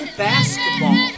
basketball